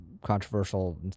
controversial